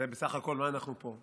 בסך הכול, מה אנחנו פה?